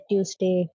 Tuesday